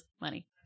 money